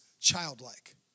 childlike